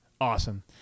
awesome